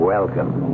Welcome